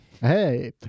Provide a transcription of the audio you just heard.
Hey